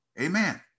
amen